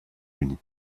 unis